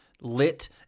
lit